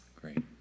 Great